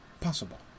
possible